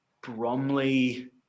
Bromley